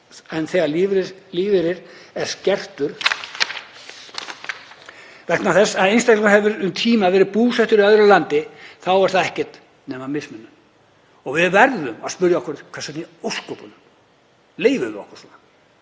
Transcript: en þegar lífeyrir er skertur vegna þess eins að einstaklingur hefur um tíma verið búsettur í öðru landi þá er það ekkert nema mismunun. Við verðum að spyrja okkur hvers vegna í ósköpunum við leyfum okkur svona.